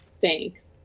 Thanks